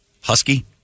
husky